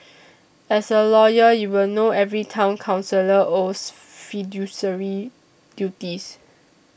as a lawyer you will know every Town Councillor owes fiduciary duties